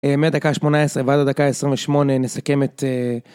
מהדקה ה-18 ועד הדקה ה-28 נסכם את...